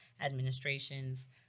administration's